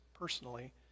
personally